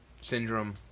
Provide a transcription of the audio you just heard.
Syndrome